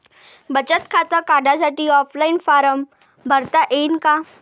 बचत खातं काढासाठी ऑफलाईन फारम भरता येईन का?